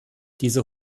diese